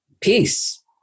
peace